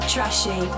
Trashy